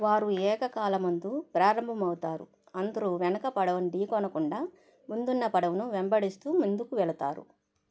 వారు ఏక కాలమందు ప్రారంభం అవుతారు అందరూ వెనుక పడవను ఢీకొనకుండా ముందున్న పడవను వెంబడిస్తూ ముందుకు వెళతారు